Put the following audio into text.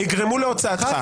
יגרמו להוצאתך.